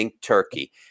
turkey